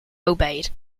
obeyed